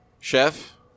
Chef